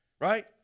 right